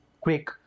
quick